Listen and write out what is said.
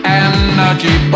energy